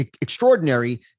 extraordinary